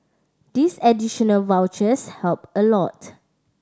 these additional vouchers help a lot